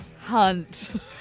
Hunt